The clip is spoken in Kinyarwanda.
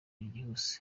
ryihuse